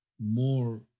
more